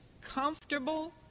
Comfortable